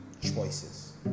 choices